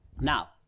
Now